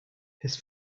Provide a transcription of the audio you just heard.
his